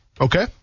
Okay